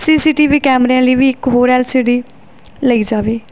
ਸੀ C T V ਕੈਮਰਿਆਂ ਲਈ ਵੀ ਇੱਕ ਹੋਰ ਐਲ ਸੀ ਡੀ ਲਈ ਜਾਵੇ